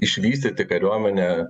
išvystyti kariuomenę